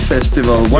Festival